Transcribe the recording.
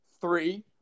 three